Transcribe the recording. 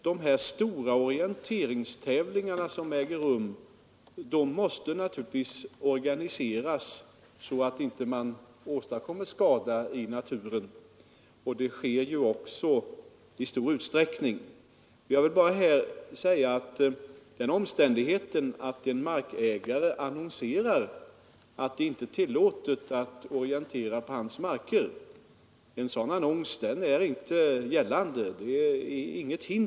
De stora orienteringstävlingarna måste naturligtvis — det sker också i stor utsträckning — organiseras så att man inte åstadkommer skada i naturen. Den omständigheten att en markägare annonserar att det inte är tillåtet att orientera på hans mark utgör inget hinder för orienteringstävlingar; en sådan annons är inte detsamma som ett förbud.